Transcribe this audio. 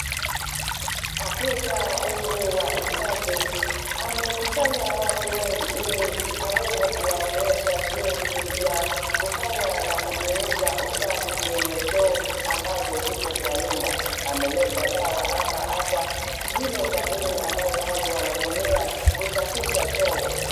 Afisa huyu wa usafi amekusanya watu wengi ili aweze kuwaonyesha jinsi ya kufanya na kudumisha usafi kwenye choo ambazo ziko kwa nyumba. ameleta dawa ama ata zile sabuni ambazo watu wanatumia kusafisha choo